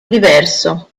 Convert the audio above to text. diverso